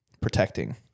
Protecting